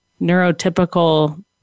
neurotypical